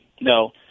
no